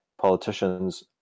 politicians